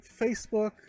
facebook